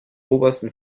obersten